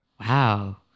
Wow